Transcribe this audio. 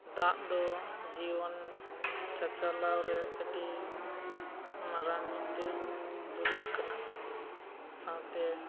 ᱫᱟᱜ ᱫᱚ ᱡᱤᱭᱚᱱ ᱪᱟᱪᱟᱞᱟᱣ ᱨᱮ ᱟᱹᱰᱤ ᱢᱟᱨᱟᱝ ᱢᱤᱫᱴᱮᱱ ᱫᱩᱨᱤᱵᱽ ᱠᱟᱱᱟ ᱥᱟᱶᱛᱮ